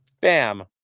Bam